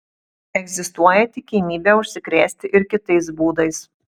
egzistuoja tikimybė užsikrėsti ir kitais būdais